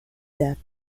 death